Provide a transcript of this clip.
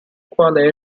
quale